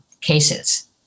cases